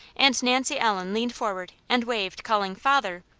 and nancy ellen leaned forward and waved, calling father,